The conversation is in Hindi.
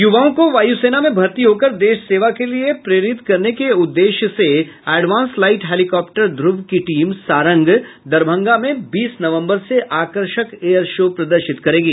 यूवाओं को वायूसेना में भर्ती होकर देश सेवा के लिए प्रेरित करने के उद्देश्य से एडवांस लाइट हेलीकॉप्टर ध्र्व की टीम सारंग दरभंगा में बीस नवम्बर से आकर्षक एयर शो प्रदर्शित करेगी